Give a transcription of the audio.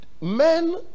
men